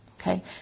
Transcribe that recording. Okay